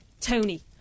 Tony